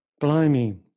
Blimey